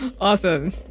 Awesome